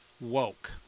woke